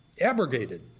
abrogated